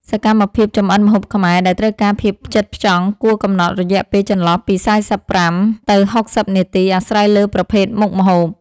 សកម្មភាពចម្អិនម្ហូបខ្មែរដែលត្រូវការភាពផ្ចិតផ្ចង់ គួរកំណត់រយៈពេលចន្លោះពី ៤៥ ទៅ ៦០ នាទី អាស្រ័យលើប្រភេទមុខម្ហូប។